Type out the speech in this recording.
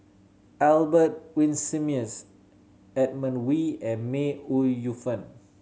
Albert Winsemius Edmund Wee and May Ooi Yu Fen